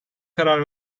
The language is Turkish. karar